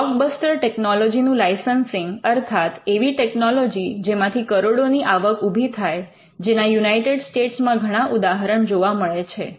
blockbuster ટેકનોલોજીનું licensing અર્થાત એવી ટેકનોલોજી જેમાંથી કરોડોની આવક ઊભી થાય જેના યુનાઇટેડ સ્ટેટ્સમાં ઘણા ઉદાહરણ જોવા મળે છે